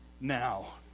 now